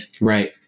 Right